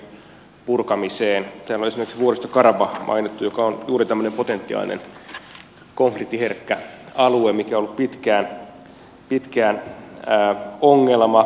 täällä on esimerkiksi vuoristo karabah mainittu joka on juuri tämmöinen potentiaalinen konfliktiherkkä alue joka on ollut pitkään ongelma